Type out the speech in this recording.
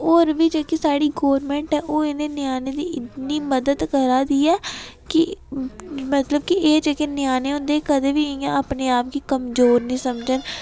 होर बी जेह्की साढ़ी गौरमेंट ऐ ओह् इ'नें ञ्यानें दी इ'न्नी मदद करा दी ऐ कि मतलब कि एह् जेह्के ञ्यानें होंदे कदें बी इं'या अपने आप गी कमजोर निं समझन